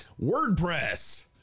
WordPress